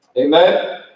Amen